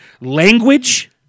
Language